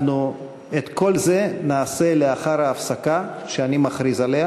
אנחנו את כל זה נעשה לאחר ההפסקה שאני מכריז עליה.